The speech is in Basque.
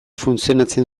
funtzionatzen